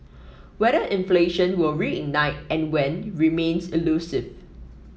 whether inflation will reignite and when remains elusive